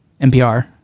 NPR